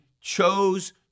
chose